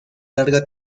larga